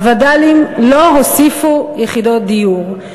הווד"לים לא הוסיפו יחידות דירות,